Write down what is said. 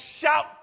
shout